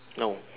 no